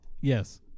Yes